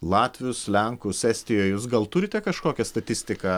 latvius lenkus estijoj jūs gal turite kažkokią statistiką